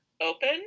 open